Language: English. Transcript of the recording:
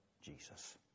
Jesus